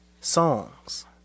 songs